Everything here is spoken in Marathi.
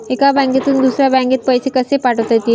एका बँकेतून दुसऱ्या बँकेत पैसे कसे पाठवता येतील?